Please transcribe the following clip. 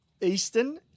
Eastern